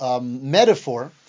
metaphor